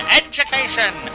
education